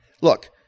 Look